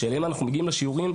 שאליהם אנחנו מגיעים לשיעורים,